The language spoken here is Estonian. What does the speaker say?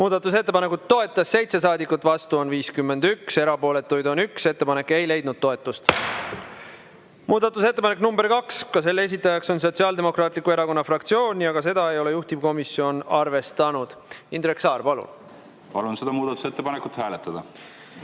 Muudatusettepanekut toetas 7 saadikut, vastu on 51, erapooletuid on 1. Ettepanek ei leidnud toetust. Muudatusettepanek nr 2, ka selle esitaja on Sotsiaaldemokraatliku Erakonna fraktsioon ja ka seda ei ole juhtivkomisjon arvestanud. Indrek Saar, palun! Muudatusettepanekut toetas